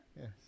Yes